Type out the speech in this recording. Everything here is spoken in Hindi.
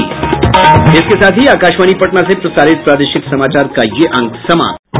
इसके साथ ही आकाशवाणी पटना से प्रसारित प्रादेशिक समाचार का ये अंक समाप्त हुआ